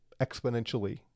exponentially